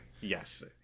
Yes